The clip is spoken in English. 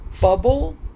bubble